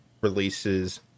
releases